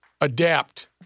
adapt